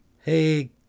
hey